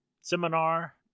seminar